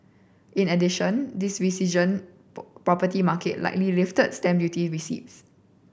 in addition this resurgent property market likely lifted stamp duty receipts